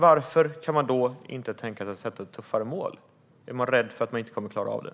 Varför kan man då inte tänka sig att sätta ett tuffare mål? Är man rädd för att man inte kommer att klara av det?